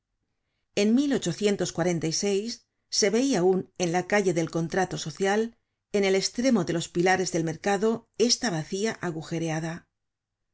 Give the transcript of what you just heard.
en se veia aun en la calle del contrato social en el estremo de los pilares del mercado esta bacía agujereada